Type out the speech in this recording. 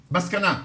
מסקנה: